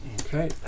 Okay